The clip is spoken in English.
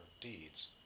deeds